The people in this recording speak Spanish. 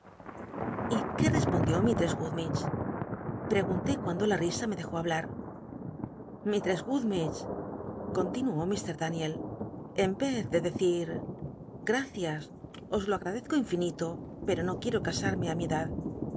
y qué respondió misttess gummidge pregunté cuando la risa me dejó hablat mistress gummidge con tinuó mt daniel en vez de decir gracias os lo agtadezco infinito pero no quiero casarme i mi